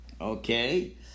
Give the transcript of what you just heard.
Okay